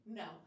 no